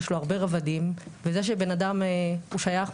יש לו הרבה רבדים וזה שבן אדם הוא שייך,